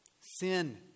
sin